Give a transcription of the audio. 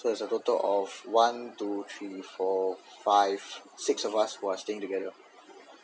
so the total of one two three four five six of us was staying together